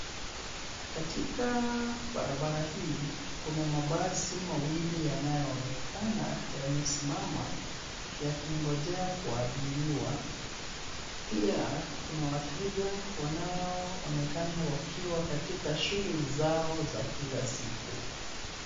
Katika barabara hii kuna mabasi mawili yanayoonekana yamesimama yakingojea kuabiriwa, pia kuna wateja wanaoonekana wakiwa katika shughuli zao za kila siku.